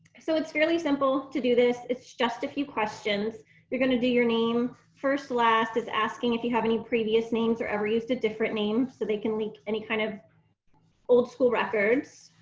so it's fairly simple to do this it's just a few questions you're gonna do your name, first last is asking if you have any previous names or ever used two different names so they can leak any kind of old school records.